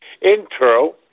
intro